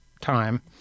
time